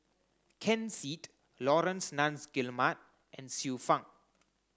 Ken Seet Laurence Nunns Guillemard and Xiu Fang